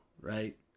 Right